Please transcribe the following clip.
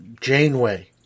Janeway